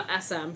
SM